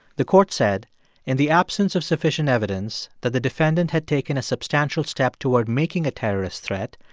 the court said in the absence of sufficient evidence that the defendant had taken a substantial step toward making a terrorist threat,